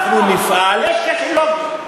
אנחנו נפעל, יש כשל לוגי.